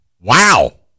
Wow